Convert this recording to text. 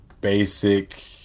basic